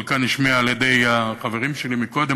חלקה הושמעה על-ידי החברים שלי קודם,